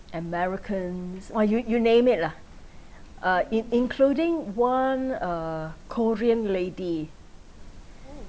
americans !wah! you you name it lah uh in~ including one uh korean lady